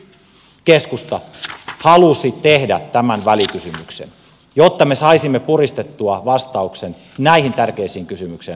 siksi keskusta halusi tehdä tämän välikysymyksen jotta me saisimme puristettua vastauksen näihin tärkeisiin kysymyksiin hallitukselta